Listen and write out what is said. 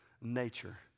nature